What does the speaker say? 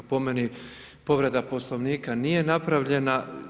Po meni povreda Poslovnika nije napravljena.